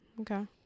Okay